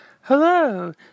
Hello